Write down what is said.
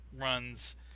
runs